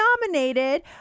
nominated